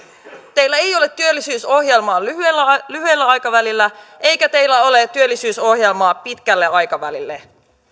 teillä ei ole työllisyysohjelmaa lyhyellä lyhyellä aikavälillä eikä teillä ole työllisyysohjelmaa pitkällä aikavälillä